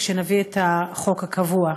כשנביא את החוק הקבוע,